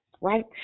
right